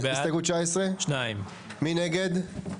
מי נגד?